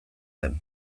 zen